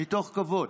מתוך כבוד.